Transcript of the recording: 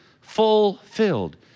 fulfilled